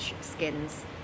skins